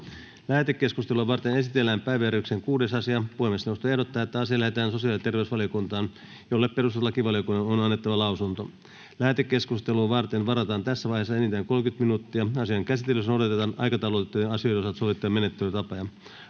Lähetekeskustelua varten esitellään päiväjärjestyksen 6. asia. Puhemiesneuvosto ehdottaa, että asia lähetetään sosiaali- ja terveysvaliokuntaan, jolle perustuslakivaliokunnan on annettava lausunto. Lähetekeskustelua varten varataan tässä vaiheessa enintään 30 minuuttia. Asian käsittelyssä noudatetaan aikataulutettujen asioiden osalta sovittuja menettelytapoja.